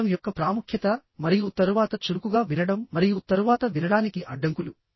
వినడం యొక్క ప్రాముఖ్యత మరియు తరువాత చురుకుగా వినడం మరియు తరువాత వినడానికి అడ్డంకులు